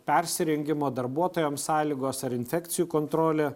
persirengimo darbuotojam sąlygos ar infekcijų kontrolė